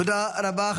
תודה רבה.